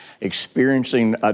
Experiencing